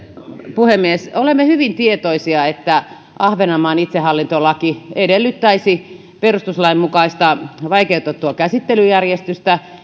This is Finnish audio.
puhemies olemme hyvin tietoisia että ahvenanmaan itsehallintolaki edellyttäisi perustuslain mukaista vaikeutettua käsittelyjärjestystä